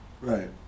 Right